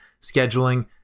scheduling